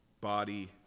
Body